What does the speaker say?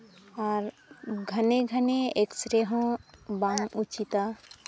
ᱟᱨ ᱜᱷᱟᱱᱮ ᱜᱷᱟᱱᱮ ᱮᱠᱥᱮᱨᱮ ᱦᱚᱸ ᱵᱟᱝ ᱩᱪᱤᱛᱟ